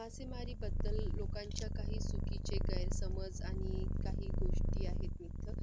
मासेमारीबद्दल लोकांच्या काही चुकीचे गैरसमज आणि काही गोष्टी आहेत मिथक